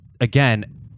again